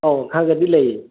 ꯑꯧ ꯈꯔ ꯈꯔꯗꯤ ꯂꯩꯌꯦ